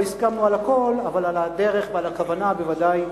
לא הסכמנו על הכול, אבל על הדרך ועל הכוונה בוודאי